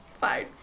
fine